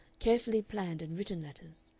carefully planned and written letters,